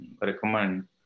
recommend